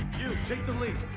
you, take the lead.